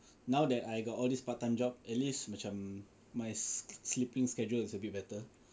now that I got all this part time job at least macam my sleeping schedule is a bit better